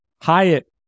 Hyatt